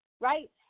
right